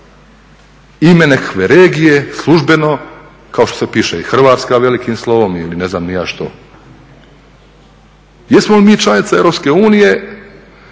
ime nekakve regije službeno, kao što se piše i Hrvatska velikim slovom ili ne znam ni ja što. Jesmo li mi članica Europske unije